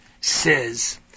says